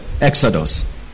Exodus